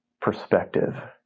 perspective